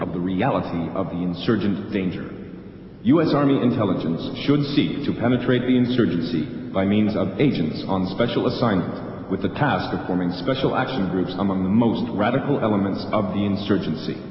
of the reality of the insurgent venger us army intelligence should seek to penetrate the insurgency by means of agents on special assignment with the task of forming special action groups some of the most radical elements of the insurgency